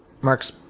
Mark's